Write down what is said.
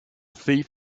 thief